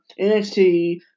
NXT